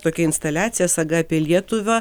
tokia instaliacija saga apie lietuvą